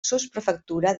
sotsprefectura